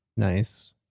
nice